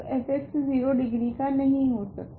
तो f 0 degree का नहीं हो सकता